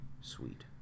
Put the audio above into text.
Sweet